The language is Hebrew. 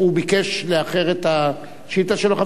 הוא ביקש לאחר את השאילתא שלו.